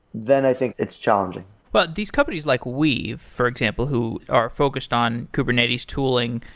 then i think it's challenging but these companies like weave, for example, who are focused on kubernetes tooling,